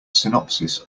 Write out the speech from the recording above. synopsis